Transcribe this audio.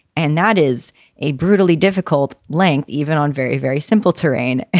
and that is a brutally difficult length even on very, very simple terrain.